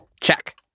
Check